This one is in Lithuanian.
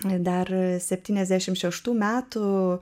ji dar septyniasdešim šeštų metų